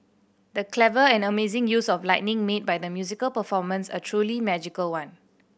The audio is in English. the clever and amazing use of lighting made by the musical performance a truly magical one